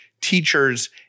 teachers